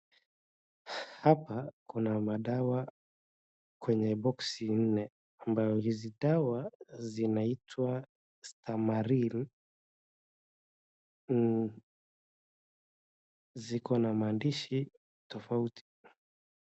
Hapa kuna madawa kwenye boksi nne, ambayo hizi dawa zinaitwa Stamaril. Ziko na maandishi tofauti.